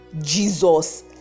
jesus